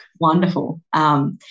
wonderful